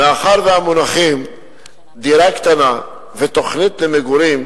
מאחר שהמונחים "דירה קטנה" ו"תוכנית למגורים"